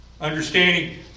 Understanding